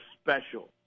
special